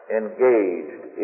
engaged